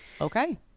Okay